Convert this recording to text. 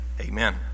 Amen